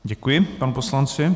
Děkuji panu poslanci.